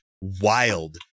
Wild